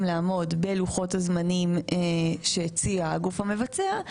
לעמוד בלוחות הזמנים שהציע הגוף המבצע,